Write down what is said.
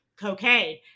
cocaine